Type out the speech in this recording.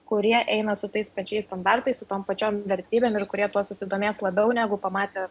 kurie eina su tais pačiais standartais su tom pačiom vertybėm ir kurie tuo susidomės labiau negu pamatę